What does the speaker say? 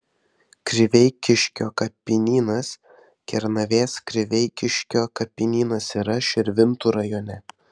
kriveikiškio kapinynas kernavės kriveikiškio kapinynas yra širvintų rajone